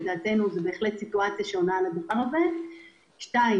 דבר שני,